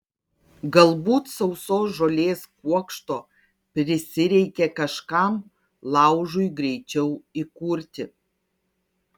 galbūt sausos žolės kuokšto prisireikė kažkam laužui greičiau įkurti